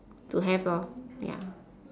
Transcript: to have lor ya